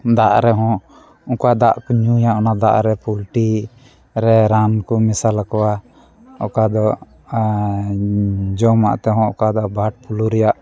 ᱫᱟᱜ ᱨᱮᱦᱚᱸ ᱚᱠᱟ ᱫᱟᱜ ᱠᱚ ᱧᱩᱭᱟ ᱚᱱᱟ ᱫᱟᱜ ᱨᱮ ᱯᱚᱞᱴᱨᱤ ᱨᱮ ᱨᱟᱱ ᱠᱚ ᱢᱮᱥᱟᱞ ᱟᱠᱚᱣᱟ ᱚᱠᱟ ᱫᱚ ᱡᱚᱢᱟᱜ ᱛᱮᱦᱚᱸ ᱚᱠᱟ ᱫᱚ ᱵᱟᱨᱰ ᱯᱷᱞᱩ ᱨᱮᱭᱟᱜ